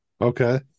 Okay